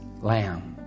Lamb